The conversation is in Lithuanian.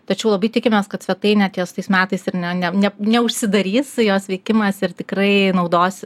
tačiau labai tikimės kad svetainė ties tais metais ir ne ne ne neužsidarys jos veikimas ir tikrai naudos